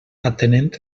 atenent